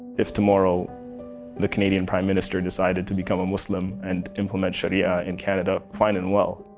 if tomorrow the canadian prime minister decided to become a muslim and implement sharia in canada, fine and well.